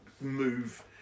move